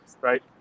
right